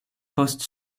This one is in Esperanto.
post